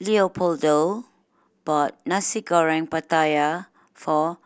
Leopoldo bought Nasi Goreng Pattaya for